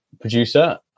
producer